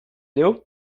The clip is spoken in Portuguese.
deu